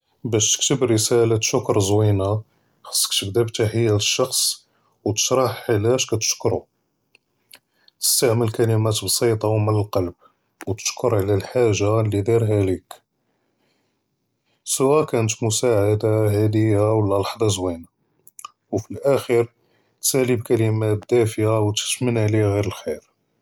באש תכתב רסאלת שכר זווינה, חצכ תבּדא בתחִית אלשח'ץ ותשרח עלאש כתשכּרו, תסתעמל כלאמת בּסיטה וּמאלקלבּ, ותשכּר עלא אלחאג'ה לדארהא ליק, סוא כּתכון סעדה, הדיה ולא לחְד'ה זווינה, ופלאכּ'יר תסאליה بكلمات דאפיה ותתמנא עליה ע'יר אלח'יר.